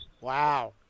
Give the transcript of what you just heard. Wow